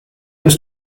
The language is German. ist